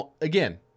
Again